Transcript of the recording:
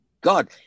God